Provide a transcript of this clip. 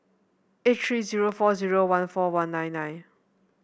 eight three zero four zero one four one nine nine